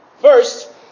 First